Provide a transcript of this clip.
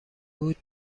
بود